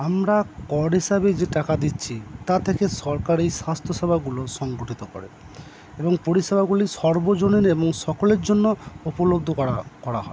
আমরা গড় হিসাবে যে টাকা দিচ্ছি তা থেকে সরকারি স্বাস্থ্যসেবাগুলো সংঘটিত করে এবং পরিষেবাগুলি সর্বজনীন এবং সকলের জন্য উপলব্ধ করা করা হয়